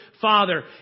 father